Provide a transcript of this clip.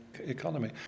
economy